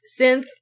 Synth-